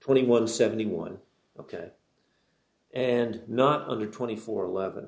twenty one seventy one ok and not the other twenty four eleven